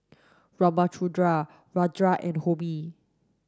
Ramchundra Rajan and Homi